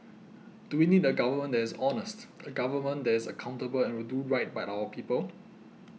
do we need a government that is honest a government that is accountable and will do right by our people